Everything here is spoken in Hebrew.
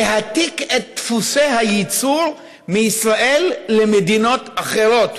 להעתיק את דפוסי הייצור מישראל למדינות אחרות,